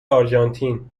آرژانتین